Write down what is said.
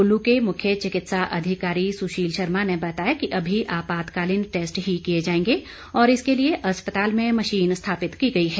कुल्लू के मुख्य चिकित्सा अधिकारी सुशील शर्मा ने बताया कि अभी आपातकालीन टैस्ट ही किए जाएंगे और इसके लिए अस्पताल में मशीन स्थापित की गई है